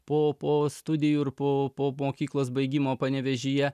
po po studijų ir po po mokyklos baigimo panevėžyje